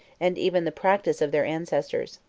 and even the practice of their ancestors.